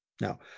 Now